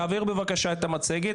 תעביר בבקשה את המצגת,